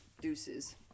deuces